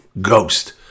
ghost